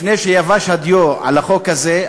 לפני שיבש הדיו על החוק הזה,